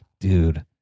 Dude